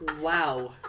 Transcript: Wow